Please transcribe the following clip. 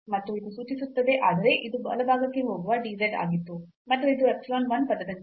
ಮತ್ತು ಇದು ಸೂಚಿಸುತ್ತದೆ ಆದರೆ ಇದು ಬಲಭಾಗಕ್ಕೆ ಹೋಗುವ dz ಆಗಿತ್ತು ಮತ್ತು ಇದು epsilon 1 ಪದದಂತಿದೆ